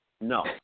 No